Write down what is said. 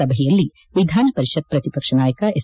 ಸಭೆಯಲ್ಲಿ ವಿಧಾನಪರಿಷತ್ ಪ್ರತಿಪಕ್ಷ ನಾಯಕ ಎಸ್